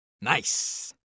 Nice